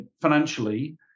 financially